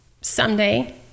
Someday